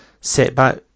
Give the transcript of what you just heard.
setback